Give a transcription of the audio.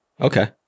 okay